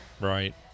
Right